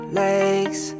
legs